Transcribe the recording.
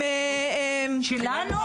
שלנו?